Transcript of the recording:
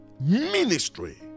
ministry